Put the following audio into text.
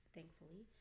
Thankfully